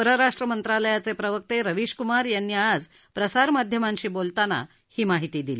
परराष्ट्र मंत्रालयाचे प्रवक्ते रवीश कुमार यांनी आज प्रसारमाध्यमांशी बोलताना ही माहिती दिली